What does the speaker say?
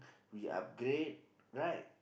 we are great right